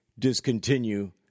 discontinue